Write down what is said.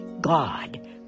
God